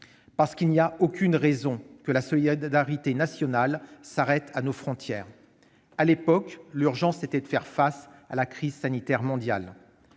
dernier. Il n'y a aucune raison que la solidarité nationale s'arrête à nos frontières. À l'époque, l'urgence était de faire face à la crise sanitaire mondiale.